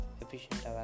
efficient